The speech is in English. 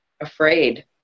afraid